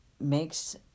makes